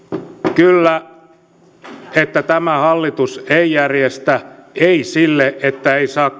kyllä että tämä hallitus ei järjestä ei sille että ei saa